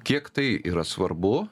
kiek tai yra svarbu